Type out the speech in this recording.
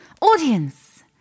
Audience